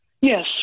yes